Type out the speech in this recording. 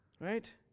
Right